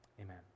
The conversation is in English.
amen